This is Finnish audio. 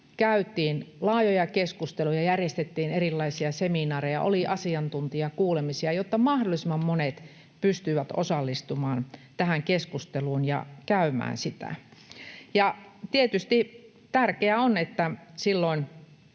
käytiin laajoja keskusteluja ja järjestettiin erilaisia seminaareja, oli asiantuntijakuulemisia, jotta mahdollisimman monet pystyivät osallistumaan tähän keskusteluun ja käymään sitä. Ja tietysti tärkeää on, että jo silloin